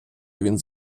він